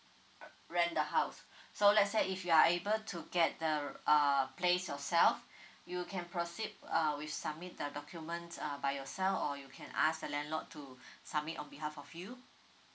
rent the house so let's say if you are able to get the uh place yourself you can proceed uh with submit the documents uh by yourself or you can ask the landlord to submit on behalf of you